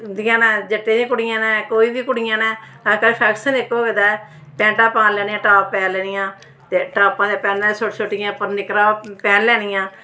इं'दियां न जट्टें दियां कुड़ियां न कोई बी कुड़ियां न अजकल्ल फैशन इक होए दा ऐ पैंटां पा लैनियां टॉप पा लैनियां ते टॉपां ते पैहन्नियां ते उप्पर छोटी छोटी निकरां पैह्न लैनियां